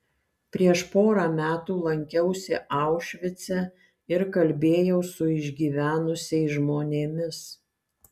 prieš porą metų lankiausi aušvice ir kalbėjau su išgyvenusiais žmonėmis